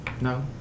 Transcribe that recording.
No